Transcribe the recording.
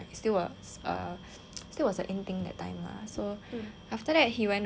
still was the in time that time lah so after that he went to buy something from there right